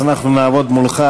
אז אנחנו נעבוד מולך,